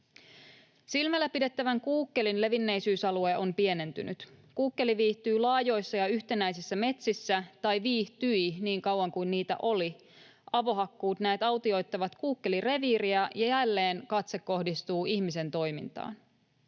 Silmälläpidettävän kuukkelin levinneisyysalue on pienentynyt. Kuukkeli viihtyy laajoissa ja yhtenäisissä metsissä — tai viihtyi niin kauan kun niitä oli. Avohakkuut näet autioittavat kuukkelin reviiriä, ja jälleen katse kohdistuu ihmisen toimintaan.